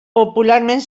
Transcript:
popularment